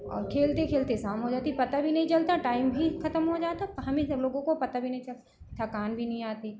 और खेलते खेलते शाम हो जाती पता भी नहीं चलता टाइम भी ख़त्म हो जाता हमें सब लोगों को पता भी नहीं थकान भी नहीं आती